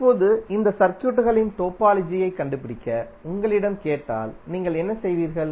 இப்போது இந்த சர்க்யூட்களின் டோபாலஜியை கண்டுபிடிக்க உங்களிடம் கேட்டால் நீங்கள் என்ன செய்வீர்கள்